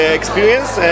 experience